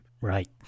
Right